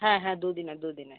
হ্যাঁ হ্যাঁ দু দিনের দু দিনের